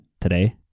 today